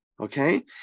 Okay